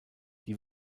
die